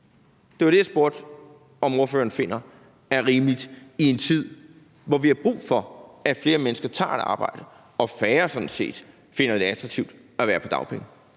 Det var det, jeg spurgte om ordføreren finder er rimeligt i en tid, hvor vi har brug for, at flere mennesker tager et arbejde, og at færre sådan set finder det attraktivt at være på dagpenge.